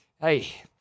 hey